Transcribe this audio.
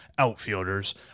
outfielders